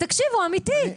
תקשיבו, אמיתי.